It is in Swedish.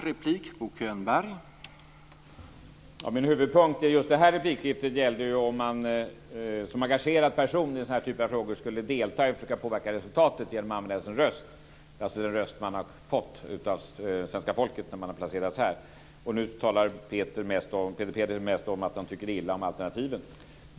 Herr talman! Min huvudpunkt i just detta replikskifte gällde om man som engagerad person i denna typ av frågor skulle delta och försöka påverka resultatet genom att använda sin röst - den röst man har fått av svenska folket när man har placerats här. Nu talar Peter Pedersen mest om att han tycker illa om alternativen.